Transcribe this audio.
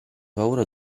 paura